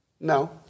No